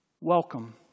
Welcome